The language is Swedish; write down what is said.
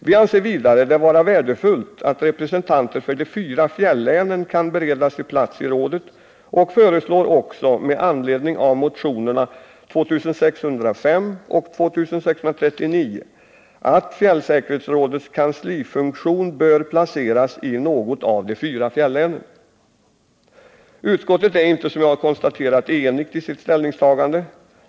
Vi anser det vidare vara värdefullt att representanter för de fyra fjällänen kan beredas plats i rådet och föreslår också med anledning av motionerna 2605 och 2639 att fjällsäkerhetsrådets kansli bör placeras i något av de fyra fjällänen. Utskottet är inte, som jag har konstaterat, enigt i sitt ställningstagande.